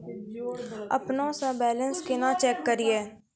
अपनों से बैलेंस केना चेक करियै?